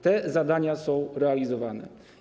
Te zadania są realizowane.